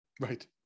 right